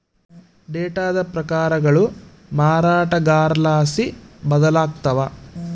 ಡೇಟಾದ ಪ್ರಕಾರಗಳು ಮಾರಾಟಗಾರರ್ಲಾಸಿ ಬದಲಾಗ್ತವ